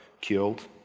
killed